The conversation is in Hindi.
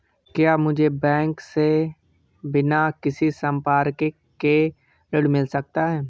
क्या मुझे बैंक से बिना किसी संपार्श्विक के ऋण मिल सकता है?